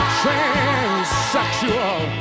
transsexual